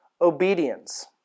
obedience